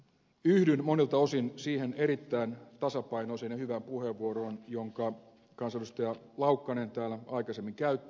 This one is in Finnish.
yhdyn monilta osin siihen erittäin tasapainoiseen ja hyvään puheenvuoroon jonka kansanedustaja laukkanen täällä aikaisemmin käytti